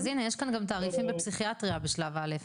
אז הנה יש כאן גם תעריפים בפסיכיאטריה בשלב א'.